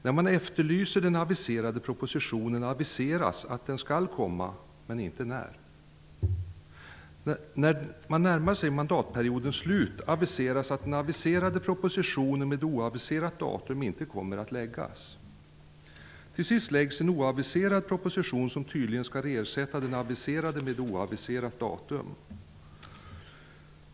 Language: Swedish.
När man efterlyste den aviserade propositionen aviserades det att den skulle komma, men inte när. När man närmade sig mandatperiodens slut aviserades det att den aviserade propositionen med oaviserat datum inte skulle läggas fram. Till sist lades en oaviserad proposition fram som tydligen skulle ersätta den aviserade med oaviserat datum.